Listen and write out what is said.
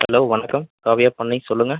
hello வணக்கம் காவ்யா பண்ணை சொல்லுங்கள்